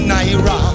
Naira